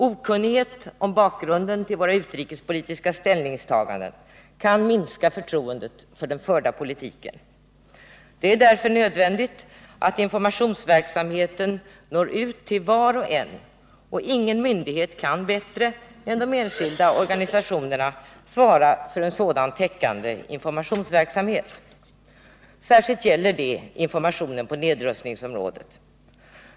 Okunnighet om bakgrunden till våra utrikespolitiska ställningstaganden kan minska förtroendet för den förda politiken. Det är därför nödvändigt att informationsverksamheten når ut till var och en, och ingen myndighet kan bättre än de enskilda organisationerna svara för en sådan täckande informationsverksamhet. Särskilt gäller detta informationen på nedrustningsområdet.